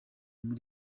muri